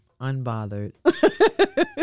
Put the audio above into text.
Unbothered